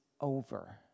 over